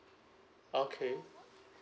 okay